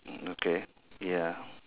okay ya